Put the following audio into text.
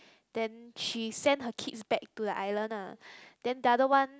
then she send her kids back to the island lah then the other one